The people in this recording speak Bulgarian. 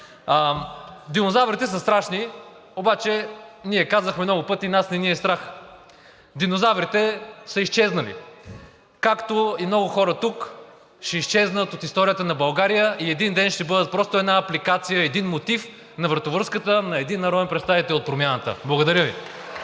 Динозаврите са страшни, обаче ние казахме много пъти: нас не ни е страх. Динозаврите са изчезнали, както и много хора тук ще изчезнат от историята на България и един ден ще бъдат просто една апликация, един мотив на вратовръзката на един народен представител от Промяната. Благодаря Ви.